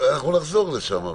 אנחנו נחזור לשם.